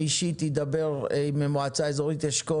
אישית אני גם אדבר עם מועצה אזורית אשכול